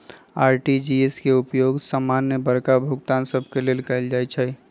RTGS के उपयोग समान्य बड़का भुगतान सभ के लेल कएल जाइ छइ